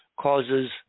causes